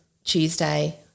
Tuesday